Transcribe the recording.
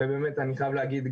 ובאמת אני חייב להגיד,